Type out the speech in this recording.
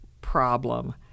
problem